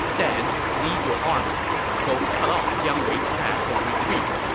then, lead your army and go cut off jiang wei's path of retreat.